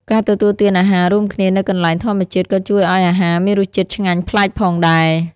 ការទទួលទានអាហាររួមគ្នានៅកន្លែងធម្មជាតិក៏ជួយឲ្យអាហារមានរសជាតិឆ្ងាញ់ប្លែកផងដែរ។